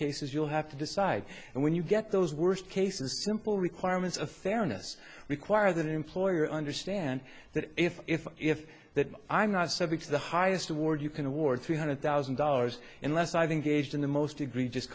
cases you'll have to decide and when you get those worst cases simple requirements of fairness require that employers understand that if if if that i'm not subject to the highest award you can award three hundred thousand dollars unless i think gauged in the most egregious